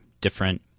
different